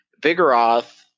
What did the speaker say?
Vigoroth